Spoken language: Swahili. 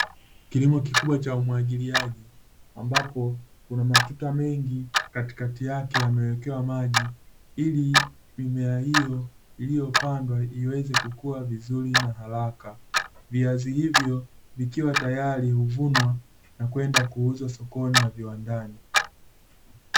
Kilimo kikubwa cha umwagiliaji, ambapo kuna matuta mengi katikati yake yaliyowekewa maji ili mimea hiyo iliyopandwa iweze kukua vizuri na haraka. Viazi hivyo vikiwa tayari kuvunwa na kwenda kuuzwa sokoni na viwandani.